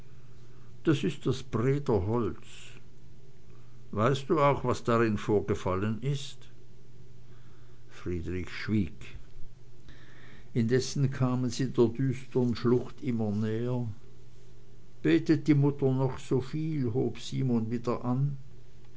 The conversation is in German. das ist das brederholz weißt du auch was darin vorgefallen ist friedrich schwieg indessen kamen sie der düstern schlucht immer näher betet die mutter noch so viel hob simon wieder an